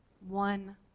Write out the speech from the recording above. One